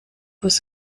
was